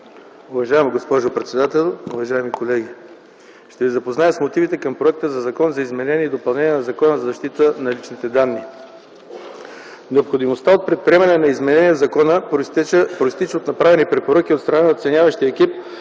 Уважаема госпожо председател, уважаеми колеги! Ще ви запозная с мотивите към Законопроекта за изменение и допълнение на Закона за защита на личните данни. Необходимостта от предприемане на изменения в закона произтича от направени препоръки от страна на оценяващия екип